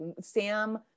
Sam